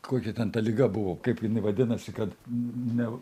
kokia ten ta liga buvo kaip jinai vadinasi kad ne